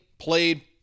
played